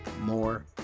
more